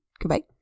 Goodbye